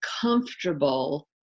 comfortable